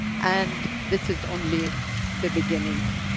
and this is only the beginning.